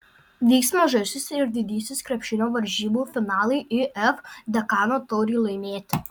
vyks mažasis ir didysis krepšinio varžybų finalai if dekano taurei laimėti